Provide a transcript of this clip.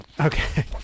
Okay